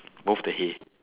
both the hay